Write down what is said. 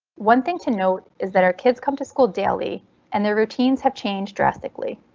one thing to note is that our kids come to school daily and their routines have changed drastically.